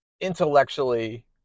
intellectually